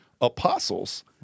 apostles